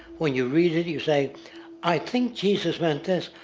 when you read it, you say i think jesus meant this.